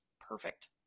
perfect